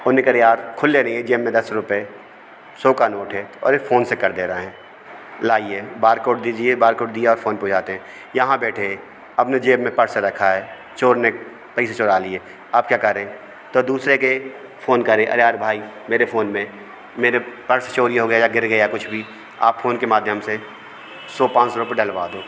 ओने करे यार खुले नहीं है जेब में दस रुपए सौ का नोट है तो अरे फ़ोन से कर दे रहे हैं लाइए बार कोड दीजिए बार कोड दिया और फ़ोन पे जाते हैं यहाँ बैठे अपने जेब में पर्स रखा है चोर ने पैसे चुरा लिए अब क्या करें तो दूसरे के फ़ोन करें अरे यार भाई मेरे फ़ोन में मेरे पर्स चोरी हो गया या गिर गया या कुछ भी आप फोन के माध्यम से सौ पाँच सौ रुपये डलवा दो